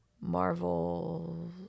Marvel